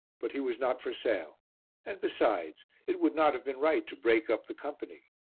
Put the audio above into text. but he was not for sale and, besides, it would not have been right to break up the company.